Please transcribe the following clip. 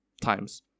times